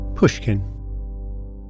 Pushkin